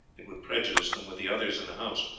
it would prejudice them with the others in the house,